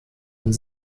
und